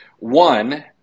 One